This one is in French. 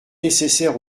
nécessaires